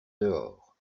dehors